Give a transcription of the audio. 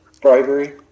Bribery